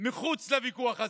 מחוץ לוויכוח הזה.